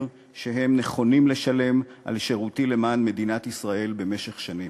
שהם נכונים לשלם על שירותי למען מדינת ישראל במשך שנים.